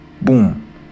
boom